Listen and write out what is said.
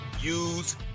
use